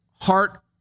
heart